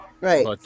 Right